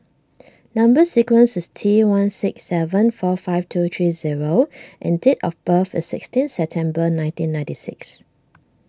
Number Sequence is T one six seven four five two three zero and date of birth is sixteen September nineteen ninety six